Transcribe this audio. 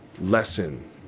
lesson